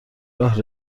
راه